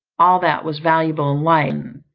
all that was valuable in life,